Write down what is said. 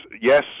Yes